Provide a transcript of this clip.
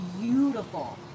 beautiful